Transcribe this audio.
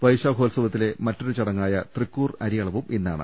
വൈശാഖോൽസവത്തിലെ മറ്റൊരു ചടങ്ങായ തൃക്കൂർ അരിയളവും ഇന്നാണ്